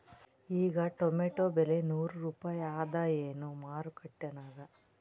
ಈಗಾ ಟೊಮೇಟೊ ಬೆಲೆ ನೂರು ರೂಪಾಯಿ ಅದಾಯೇನ ಮಾರಕೆಟನ್ಯಾಗ?